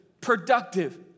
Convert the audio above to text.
productive